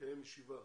נקיים ישיבה